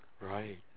Right